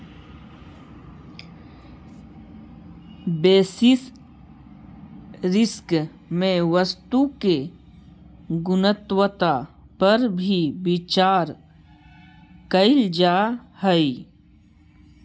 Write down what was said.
basis risk में वस्तु के गुणवत्ता पर भी विचार कईल जा हई